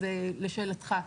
אז לשאלתך.